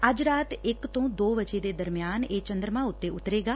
ਅੱਜ ਰਾਤ ਇਕ ਤੋ ਦੋ ਵਜੇ ਦੇ ਦਰਮਿਆਨ ਇਹ ਚੰਦਰਮਾ ਉਤੇ ਉਤਰੇਗਾ